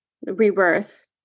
rebirth